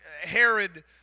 Herod